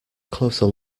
closer